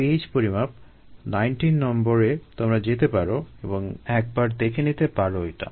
pH পরিমাপ 19 নম্বরে তোমরা যেতে পারো এবং একবার দেখে নিতে পারো এটা